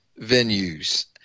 venues